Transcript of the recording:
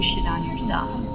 it on yourself.